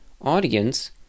audience